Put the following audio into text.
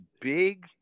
big